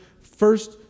first